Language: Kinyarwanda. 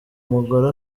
mugore